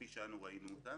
אני רואה את הנציבות,